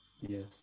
Yes